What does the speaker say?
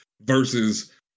versus